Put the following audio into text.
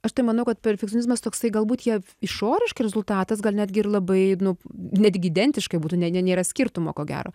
aš tai manau kad perfekcionizmas toksai galbūt jie išoriškai rezultatas gal netgi ir labai nu netgi identiškai būtų ne ne nėra skirtumo ko gero